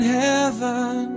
heaven